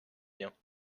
bien